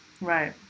Right